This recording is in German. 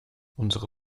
unsere